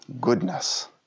goodness